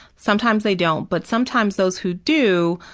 sometimes they don't, but sometimes those who do,